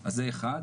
אז זה אחד.